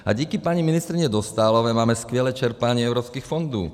A díky paní ministryni Dostálové máme skvělé čerpání evropských fondů.